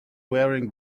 wearing